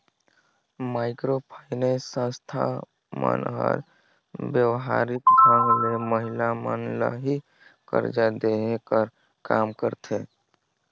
micro finance संस्था मन हर बेवहारिक ढंग ले महिला मन ल ही करजा देहे कर काम करथे